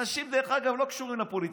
אנשים, דרך אגב, שלא קשורים לפוליטיקה,